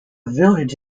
village